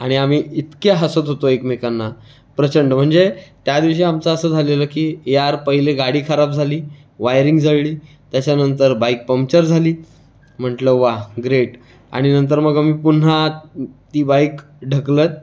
आणि आम्ही इतके हसत होतो एकमेकांना प्रचंड म्हणजे त्या दिवशी आमचं असं झालेलं की यार पहिले गाडी खराब झाली वायरिंग जळली त्याच्यानंतर बाईक पम्पचर झाली म्हटलं वा ग्रेट आणि नंतर मग आम्ही पुन्हा ती बाईक ढकलत